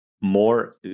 more